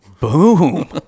Boom